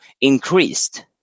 increased